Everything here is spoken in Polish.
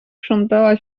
krzątała